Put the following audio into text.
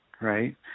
right